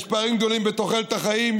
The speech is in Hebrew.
יש פערים גדולים בתוחלת החיים,